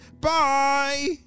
Bye